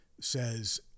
says